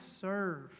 serve